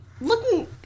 looking